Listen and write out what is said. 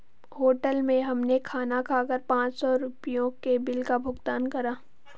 hotel में हमने खाना खाकर पाँच सौ रुपयों के बिल का भुगतान करा